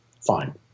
Fine